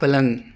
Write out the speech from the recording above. پلنگ